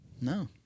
No